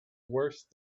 worse